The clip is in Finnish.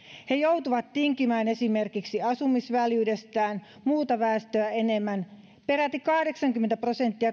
he joutuvat tinkimään esimerkiksi asumisväljyydestään muuta väestöä enemmän peräti kahdeksankymmentä prosenttia